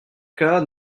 cas